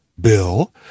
Bill